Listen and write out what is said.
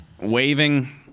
waving